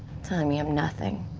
telling me i'm nothing.